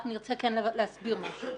אבל אנחנו כן רוצים להסביר משהו.